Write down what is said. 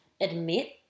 admit